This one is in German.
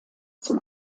zum